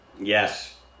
Yes